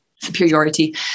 Superiority